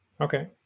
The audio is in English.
okay